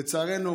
לצערנו,